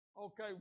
Okay